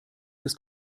des